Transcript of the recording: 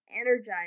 energized